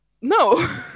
No